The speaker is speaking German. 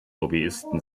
lobbyisten